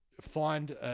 find